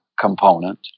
component